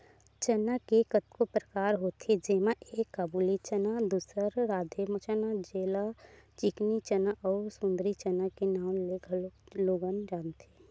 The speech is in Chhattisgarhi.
चना के कतको परकार होथे जेमा एक काबुली चना, दूसर राधे चना जेला चिकनी चना अउ सुंदरी चना के नांव ले घलोक लोगन जानथे